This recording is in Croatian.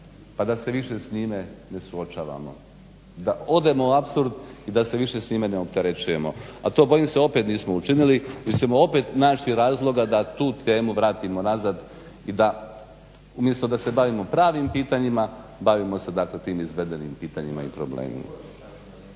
pa da se više s njime ne suočavamo. Da odemo u apsurd i da se više s njime ne opterećujemo. A to bojim se opet nismo učinili, jer ćemo opet naći razloga da tu temu vratimo nazad i da umjesto da se bravimo pravim pitanjima bavimo se dakle tim izvedenim pitanjima i problemima.